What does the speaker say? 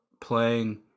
playing